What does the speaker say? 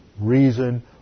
reason